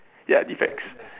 ya defects